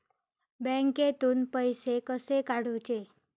बँकेतून पैसे कसे काढूचे?